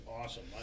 awesome